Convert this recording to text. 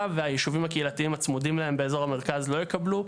והיישובים הקהילתיים הצמודים להם באזור המרכז לא יקבלו.